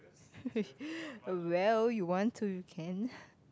well you want to you can